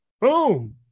boom